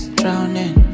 drowning